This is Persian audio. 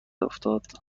افتاد